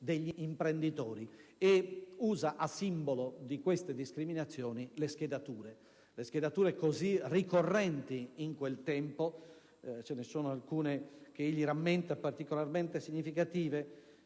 degli imprenditori, e usa a simbolo di queste discriminazioni le schedature, così ricorrenti in quel tempo. Ce ne sono alcune, che egli rammenta, particolarmente significative: